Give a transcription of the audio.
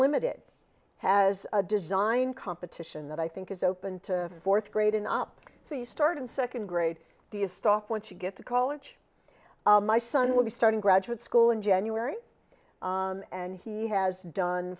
unlimited has a design competition that i think is open to the fourth grade in up so you start in second grade do you stop once you get to college my son will be starting graduate school in january and he has done